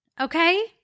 okay